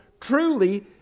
truly